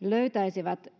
löytäisivät